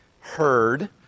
heard